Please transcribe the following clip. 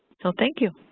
so thank you.